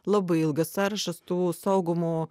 labai ilgas sąrašas tų saugomų